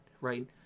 right